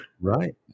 Right